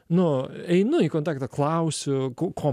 nu einu į kontaktą klausiu ko ko